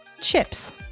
chips